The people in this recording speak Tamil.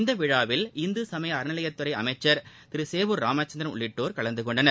இந்தவிழாவில் இந்துசமயஅறநிலையத்துறைஅமைச்சர் திருசேவூர் ராமச்சந்திரன் உள்ளிட்டோர் கலந்துகொண்டனர்